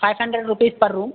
five hundred rupees पर room